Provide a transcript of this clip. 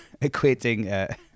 equating